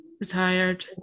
retired